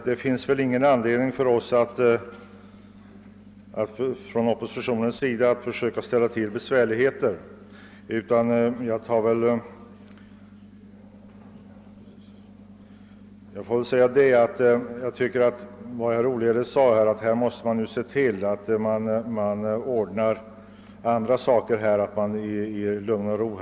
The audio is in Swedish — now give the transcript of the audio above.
Det finns väl ingen anledning för oss inom oppositionen att försöka ställa till besvärligheter, utan jag tycker liksom herr Olhede att man nu måste ordna upp sakerna i lugn och ro.